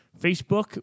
Facebook